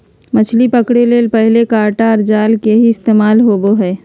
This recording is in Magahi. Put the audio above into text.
मछली पकड़े ले पहले कांटा आर जाल के ही इस्तेमाल होवो हल